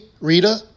Rita